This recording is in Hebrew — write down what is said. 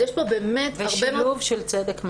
יש פה באמת הרבה מאוד --- ושילוב של צדק מאחה,